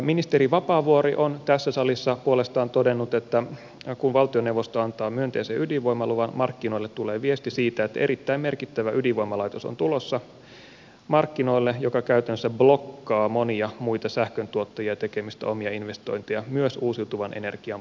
ministeri vapaavuori on tässä salissa puolestaan todennut että kun valtioneuvosto antaa myönteisen ydinvoimaluvan markkinoille tulee viesti siitä että erittäin merkittävä ydinvoimalaitos on tulossa markkinoille joka käytännössä blokkaa monia muita sähköntuottajia tekemästä omia investointeja myös uusiutuvan energian puolella toimivia